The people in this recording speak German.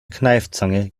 kneifzange